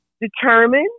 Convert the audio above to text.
determine